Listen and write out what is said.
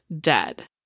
dead